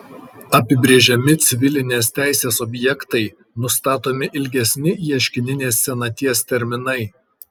apibrėžiami civilinės teisės objektai nustatomi ilgesni ieškininės senaties terminai